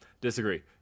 Disagree